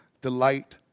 delight